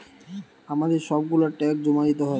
আমাদের সব গুলা ট্যাক্স জমা দিতে হয়